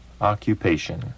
occupation